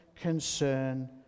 concern